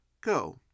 Go